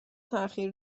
تاخیر